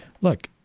look